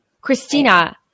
Christina